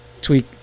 tweak